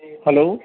hello